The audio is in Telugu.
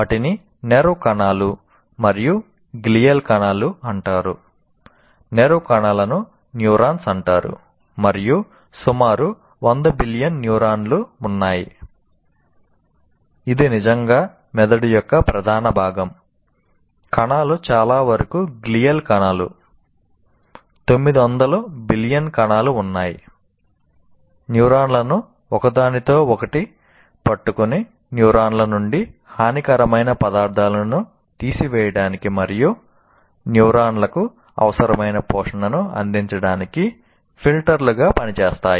వాటిని నెర్వ్ కణాలు 900 బిలియన్ కణాలు ఉన్నాయి న్యూరాన్లను ఒకదానితో ఒకటి పట్టుకుని న్యూరాన్ల నుండి హానికరమైన పదార్థాలను తీసివేయడానికి మరియు న్యూరాన్లకు అవసరమైన పోషణను అందించడానికి ఫిల్టర్లుగా పనిచేస్తాయి